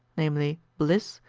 namely, bliss,